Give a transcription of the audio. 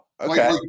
okay